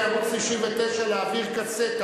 (תיקון, שינוי הגדרת "עובד"),